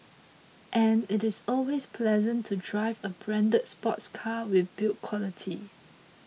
and it is always pleasant to drive a branded sports car with build quality